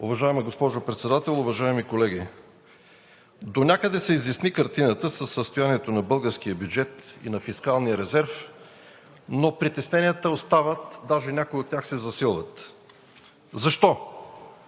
Уважаема госпожо Председател, уважаеми колеги! Донякъде се изясни картината със състоянието на българския бюджет и на фискалния резерв, но притесненията остават, даже някои от тях се засилват. Защо?